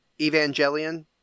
Evangelion